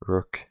Rook